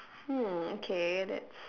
hmm okay that's